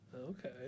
Okay